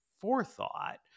forethought